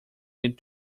need